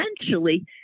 essentially